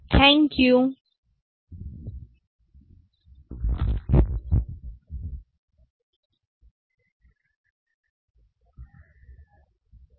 धन्यवाद